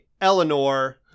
Eleanor